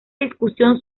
discusión